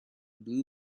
blue